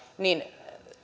niin